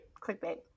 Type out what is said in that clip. Clickbait